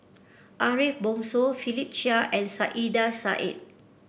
Ariff Bongso Philip Chia and Saiedah Said